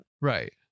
Right